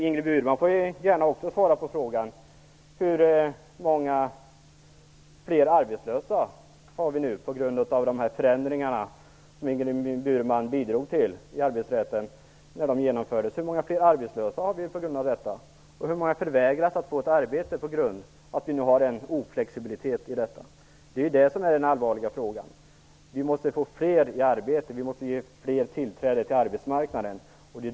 Ingrid Burman får gärna också svara på frågan hur många fler arbetslösa vi nu har på grund av de förändringar i arbetsrätten som Ingrid Burman bidrog till. Hur många fler arbetslösa har vi på grund av detta? Hur många förvägras ett arbete på grund av oflexibiliteten i arbetsrätten? Det är det som är den allvarliga frågan. Vi måste få fler i arbete! Vi måste ger fler tillträde till arbetsmarknaden.